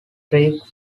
creek